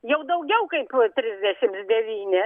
jau daugiau kaip trisdešims devyni